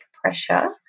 pressure